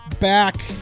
back